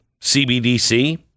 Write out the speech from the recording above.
CBDC